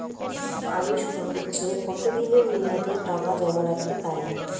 আমি সর্বোচ্চ কতদিনের মেয়াদে টাকা জমা রাখতে পারি?